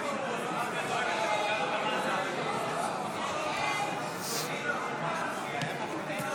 ההצבעה הבאה תהיה אלקטרונית, בהיעדר בקשה אחרת.